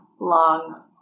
long